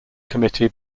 committee